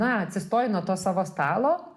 na atsistoji nuo to savo stalo